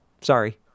Sorry